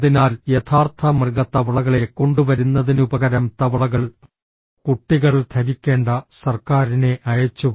അതിനാൽ യഥാർത്ഥ മൃഗ തവളകളെ കൊണ്ടുവരുന്നതിനുപകരം തവളകൾ കുട്ടികൾ ധരിക്കേണ്ട സർക്കാരിനെ അയച്ചു